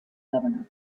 governor